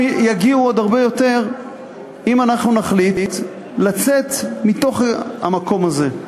מבין למה יגיעו עוד הרבה יותר אם אנחנו נחליט לצאת מתוך המקום הזה.